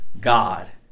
God